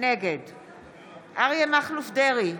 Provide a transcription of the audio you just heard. נגד אריה מכלוף דרעי,